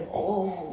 oh